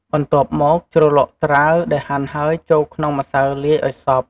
បន្ទាប់មក ជ្រលក់ត្រាវដែលហាន់ហើយចូលក្នុងម្សៅលាយ ឱ្យសព្វ។